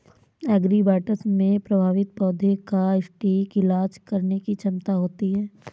agribots में प्रभावित पौधे का सटीक इलाज करने की क्षमता होती है